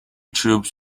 troops